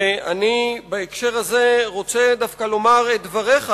ואני בהקשר הזה רוצה דווקא לומר את דבריך,